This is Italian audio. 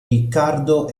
riccardo